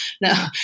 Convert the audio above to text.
No